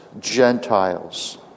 Gentiles